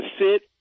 sit